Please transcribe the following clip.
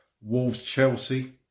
Wolves-Chelsea